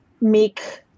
make